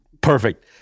Perfect